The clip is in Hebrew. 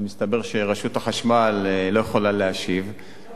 מסתבר שרשות החשמל לא יכולה להשיב, היא עוד